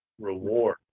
reward